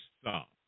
stop